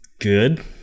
Good